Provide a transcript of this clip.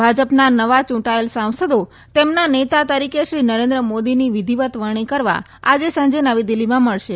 ભાજપના નવા ચૂંટાયેલ સાંસદો તેમના નેતા તરીક શ્રી નરેન્દ્ર મોદીની વિધિવત વરણી કરવા આજે સાંજે નવી દિલ્હીમાં મળશે